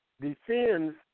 defends